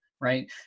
right